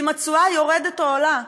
ואם התשואה יורדת או עולה,